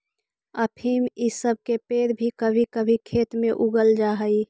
अफीम इ सब के पेड़ भी कभी कभी खेत में उग जा हई